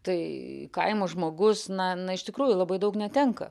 tai kaimo žmogus na na iš tikrųjų labai daug netenka